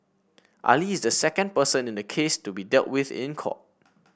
Ali is the second person in the case to be dealt with in court